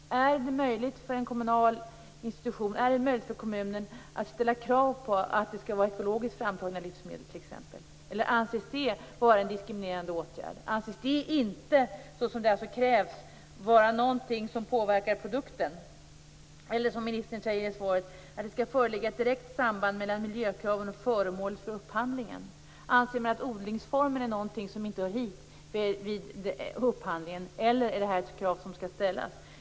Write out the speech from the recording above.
Är det möjligt för en kommun att ställa krav på att det t.ex. skall vara ekologiskt framtagna livsmedel, eller anses det vara en diskriminerande åtgärd? Anses det inte vara, som krävs, någonting som påverkar produkten? Eller som ministern säger i svaret, att det skall föreligga ett direkt samband mellan miljökraven och föremålet för upphandlingen. Anser man att odlingsformen är någonting som inte hör hit vid upphandlingen, eller är detta ett krav som skall ställas?